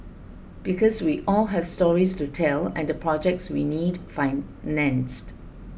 because we all have stories to tell and projects we need financed